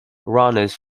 runners